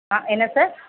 ஆ என்ன சார்